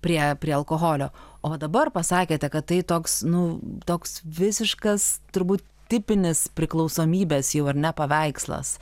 prie prie alkoholio o dabar pasakėte kad tai toks nu toks visiškas turbūt tipinis priklausomybės jau ar ne paveikslas